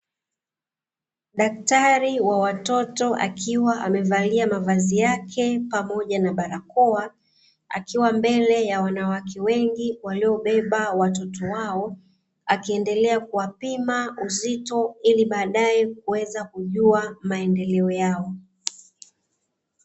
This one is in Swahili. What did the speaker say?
Daktari wa watoto akiwa amevalia mavazi yake pamoja na barakoa, akiwa mbele ya wanawake wengi waliobeba watoto wao, akiendelea kuwapima uzito ili baadae kuweza kujua maendeleo yao.